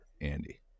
Andy